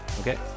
okay